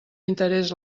interès